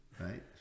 right